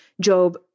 Job